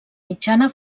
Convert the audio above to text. mitjana